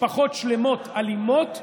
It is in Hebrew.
משפחות שלמות, אלימות,